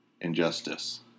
injustice